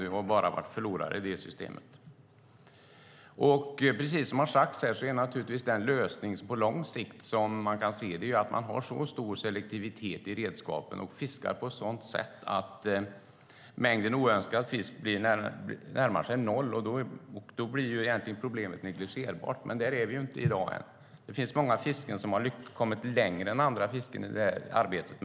Det har bara varit förlorare i det systemet. Precis som har sagts här är den lösning man kan se på lång sikt att man har så stor selektivitet i redskapen och fiskar på ett sådant sätt att mängden oönskad fisk närmar sig noll. Då blir problemet negligerbart. Där är vi ännu inte i dag. Det finns många fisken som har kommit längre än andra fisken i arbetet.